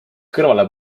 kõrvale